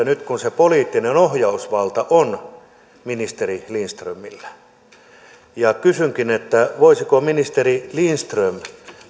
nyt kun se poliittinen ohjausvalta on ministeri lindströmillä niin kysynkin voisiko ministeri lindström